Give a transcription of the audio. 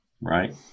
right